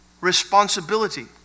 responsibility